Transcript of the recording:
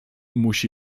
musi